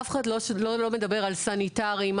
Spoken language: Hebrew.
אף אחד לא מדבר על סניטריים,